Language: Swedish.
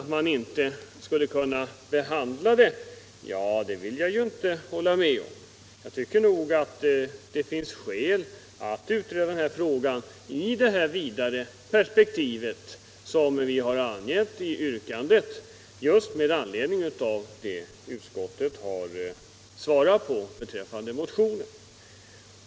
Att man inte skulle kunna behandla ett sådant yrkande kan jag inte hålla med om. Jag tycker att det finns skäl att utreda den här frågan i det vidare perspektiv som vi angett i vårt yrkande med anledning av vad utskottet skrivit beträffande motionen.